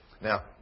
Now